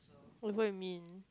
oh what I mean